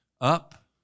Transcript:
up